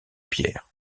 pierre